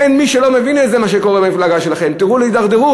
אין מי שלא מבין את מה שקורה במפלגה שלכם: הידרדרות,